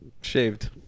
Shaved